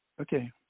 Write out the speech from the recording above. Okay